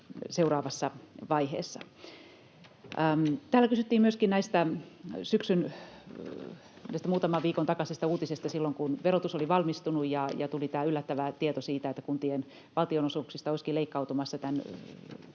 seuraavassa vaiheessa. Täällä kysyttiin myöskin tästä muutaman viikon takaisesta uutisesta: silloin kun verotus oli valmistunut, tuli tämä yllättävä tieto siitä, että kuntien valtionosuuksista olisikin leikkauttamassa tämän